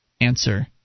answer